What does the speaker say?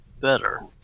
better